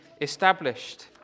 established